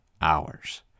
hours